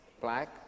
black